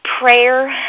prayer